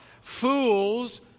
fools